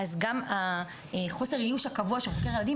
גם חוסר האיוש הקבוע של חוקר הילדים,